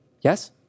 Yes